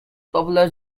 popular